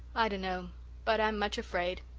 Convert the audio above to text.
i dunno. but i'm much afraid.